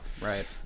right